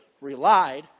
relied